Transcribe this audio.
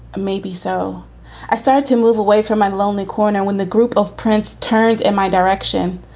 maybe. so i started to move away from my lonely corner when the group of prince turned in my direction.